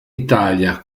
italia